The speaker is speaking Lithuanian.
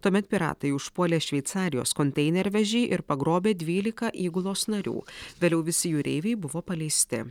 tuomet piratai užpuolė šveicarijos konteinervežį ir pagrobė dvylika įgulos narių vėliau visi jūreiviai buvo paleisti